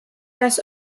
das